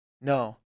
no